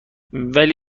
ولی